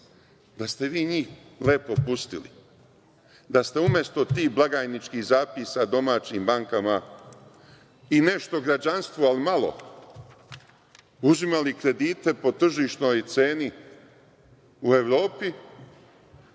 Da ste vi njih lepo pustili, da ste umesto tih blagajničkih zapisa domaćim bankama i nešto građanstvu, al malo, uzimali kredite po tržišnoj ceni u Evropi,